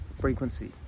frequency